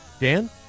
Dan